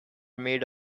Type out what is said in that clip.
made